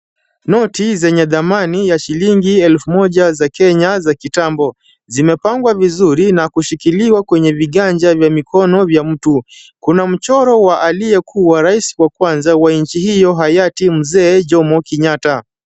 Noti zenye dhamani ya shilingi elfu moja za Kenya za kitambo. Zimepangwa vizuri na kushikiliwa kwenye viganja vya mikono vya mtu. Kuna mchoro wa aliyekuwa rais wa kwanza wa nchi hiyo hayati mzee Jomo Kenyatta.